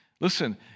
listen